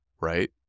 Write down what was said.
right